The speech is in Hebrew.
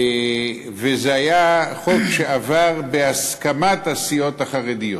וזה היה חוק שעבר בהסכמת הסיעות החרדיות.